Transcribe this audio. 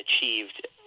achieved